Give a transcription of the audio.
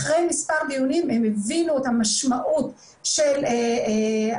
אחרי מספר דיונים הם הבינו את המשמעות של החשיבות